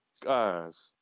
guys